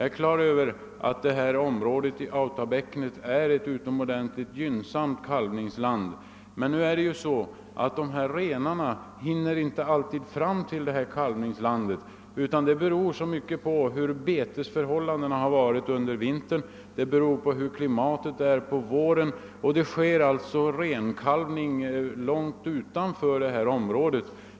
Jag är på det klara med att området i Autabäckenet är ett utomordentligt gynnsamt kalvningsland. Men nu är det ju så att renarna inte alltid hinner fram till kalvningslandet. Det beror t.ex. på hur betesförhållandena varit under vintern och på hur väderleken är på våren. Det sker därför renkalvning långt utanför detta område.